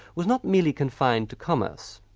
was not merely confined to commerce.